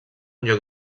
lloc